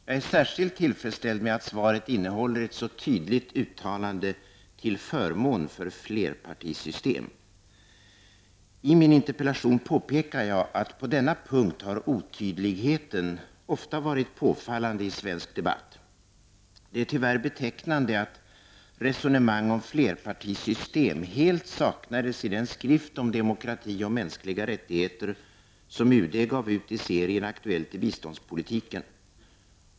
Jag är särskilt tillfredsställd med att svaret innehåller ett tydligt uttalande till förmån för flerpartisystem. I min interpellation påpekar jag att otydligheten på denna punkt ofta har varit påfallande i svensk debatt. Det är tyvärr betecknande att resonemang om flerpartisystem helt saknades i den skrift om demokrati och mänskliga rättigheter som UD gav ut i serien Aktuellt i biståndspolitiken.